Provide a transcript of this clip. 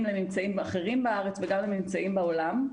לממצאים אחרים בארץ וגם לממצאים בעולם.